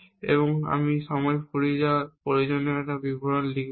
এবং আমি সময় ফুরিয়ে যাওয়ার প্রয়োজনীয় বিবরণ লিখব না